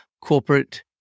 corporate